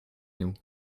nous